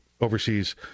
overseas